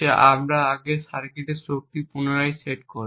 যা আমরা সার্কিটের শক্তি পুনরায় সেট করি